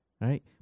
right